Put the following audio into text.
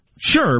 Sure